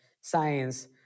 science